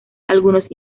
algunos